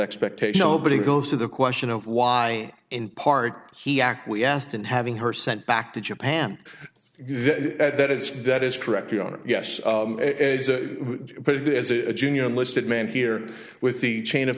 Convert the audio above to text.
expectation but he goes to the question of why in part he acquiesced and having her sent back to japan that it's vet is correct your honor yes it is a junior enlisted man here with the chain of